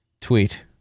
Tweet